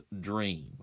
dream